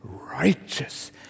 righteous